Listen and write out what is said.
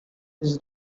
his